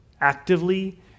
Actively